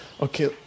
Okay